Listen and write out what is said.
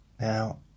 Now